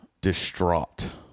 distraught